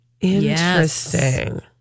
Interesting